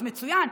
אז מצוין,